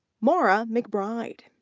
maura mcbride.